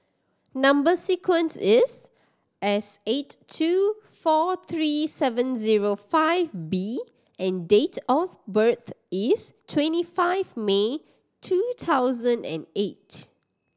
number sequence is S eight two four three seven zero five B and date of birth is twenty five May two thousand and eight